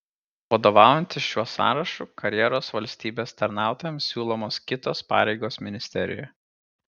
vadovaujantis šiuo sąrašu karjeros valstybės tarnautojams siūlomos kitos pareigos ministerijoje